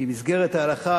כי מסגרת ההלכה,